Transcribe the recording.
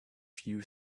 few